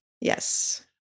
Yes